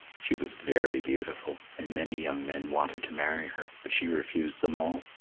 she was very beautiful, and many young men wanted to marry her, but she refused them all.